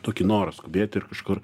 tokį norą skubėti ir kažkur